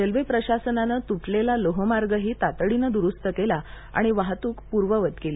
railway प्रशासनाने त्टलेला लोहमार्गही तातडीनं दुरुस्त केला आणि वाहतूक पूर्ववत केली